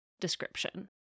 description